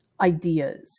ideas